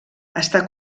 està